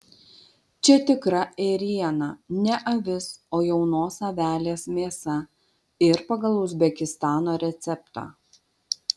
čia tikra ėriena ne avis o jaunos avelės mėsa ir pagal uzbekistano receptą